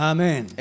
Amen